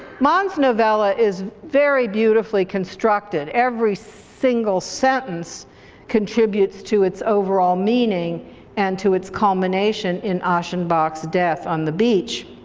mann's novella is very beautifully constructed. every single sentence contributes to its overall meaning and to its culmination in aschenbach's death on the beach.